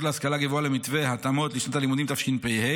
להשכלה גבוהה למתווה התאמות לשנת הלימודים תשפ"ה,